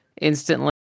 instantly